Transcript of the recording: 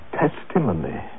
testimony